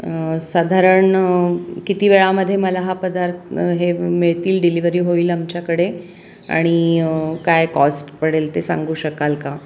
साधारण किती वेळामध्ये मला हा पदार्थ हे मिळतील डिलिव्हरी होईल आमच्याकडे आणि काय कॉस्ट पडेल ते सांगू शकाल का